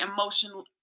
emotional